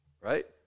right